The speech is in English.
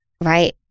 Right